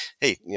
hey